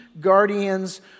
guardians